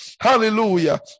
Hallelujah